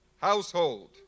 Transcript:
household